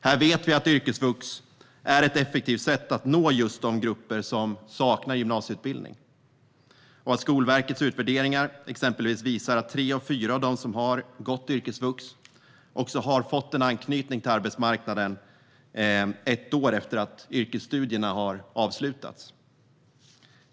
Vi vet att yrkesvux är ett effektivt sätt att nå just de grupper som saknar gymnasieutbildning. Exempelvis visar Skolverkets utvärderingar att tre av fyra av dem som har gått yrkesvux har fått en anknytning till arbetsmarknaden ett år efter att yrkesstudierna har avslutats.